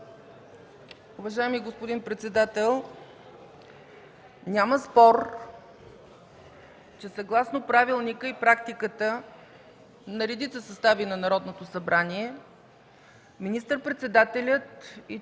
Уважаеми господин председател, няма спор, че съгласно правилника и практиката на редица състави на Народното събрание министър-председателят и